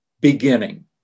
beginning